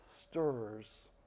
stirs